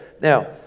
Now